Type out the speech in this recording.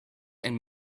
and